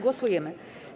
Głosujemy.